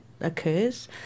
occurs